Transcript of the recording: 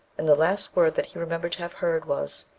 and the last word that he remembered to have heard was,